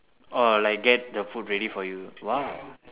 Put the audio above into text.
oh like get the food ready for you !wow!